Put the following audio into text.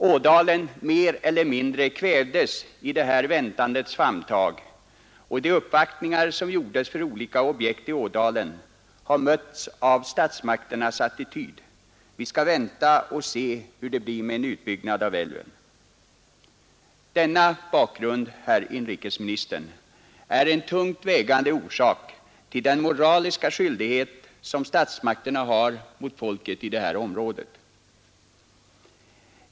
Ådalen mer eller mindre kvävdes i det här väntandets famntag, och de uppvaktningar som gjordes rörande olika objekt i ådalen har mötts av statsmakternas attityd: Vi skall vänta och se hur det blir med en utbyggnad av älven. Denna bakgrund, herr inrikesminister, är en tungt vägande orsak till den moraliska skyldighet som statsmakterna har mot folket i det här området.